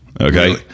Okay